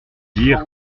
dire